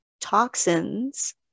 toxins